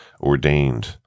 ordained